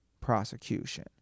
prosecution